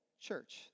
church